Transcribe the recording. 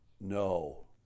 No